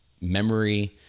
memory